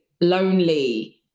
lonely